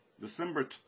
December